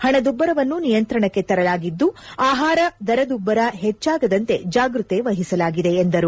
ಪಣದುಬ್ಬರವನ್ನು ನಿಯಂತ್ರಣಕ್ಕೆ ತರಲಾಗಿದ್ದು ಆಪಾರ ದರದುಬ್ಬರ ಹೆಚ್ಚಾಗದಂತೆ ಜಾಗ್ರತೆ ವಹಿಸಲಾಗಿದೆ ಎಂದರು